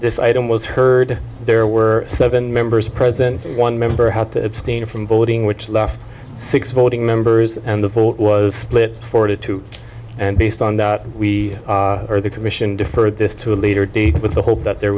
this item was heard there were seven members present one member how to abstain from voting which left six voting members and the full was split forty two and based on that we are the commission deferred this to a later date with the hope that there